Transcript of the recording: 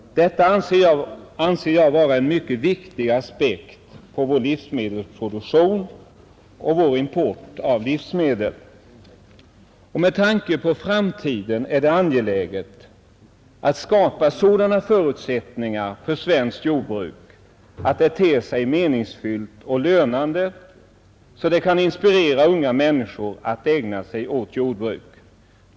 Detta anser jag vara en mycket viktig aspekt på vår livsmedelsproduktion och vår import av livsmedel. Med tanke på framtiden är det angeläget att skapa sådana förutsättningar för svenskt jordbruk att det ter sig meningsfyllt och lönande, så att det kan inspirera unga människor att ägna sig åt jordbruk.